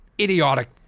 Idiotic